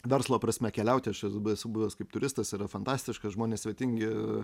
verslo prasme keliauti aš e buvęs kaip turistas yra fantastiški žmonės svetingi